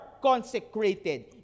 consecrated